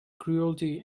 cruelty